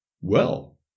Well